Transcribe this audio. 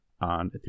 on